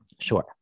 Sure